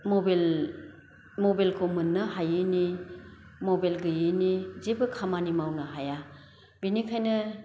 मबेल मबेलखौ मोननो हायैनि मबेल गैयैनि जेबो खामानि मावनो हाया बिनिखायनो